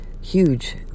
Huge